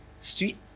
street